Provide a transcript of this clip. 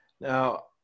Now